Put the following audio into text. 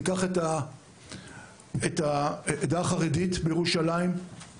ניקח את העדה החרדית בירושלים,